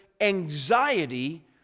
anxiety